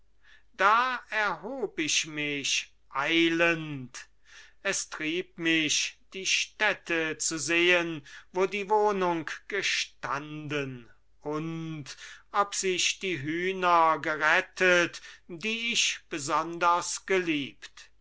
da erhob ich mich eilend es trieb mich die stätte zu sehen wo die wohnung gestanden und ob sich die hühner gerettet die ich besonders geliebt